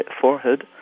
forehead